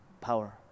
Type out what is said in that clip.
power